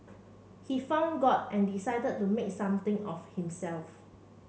he found God and decided to make something of himself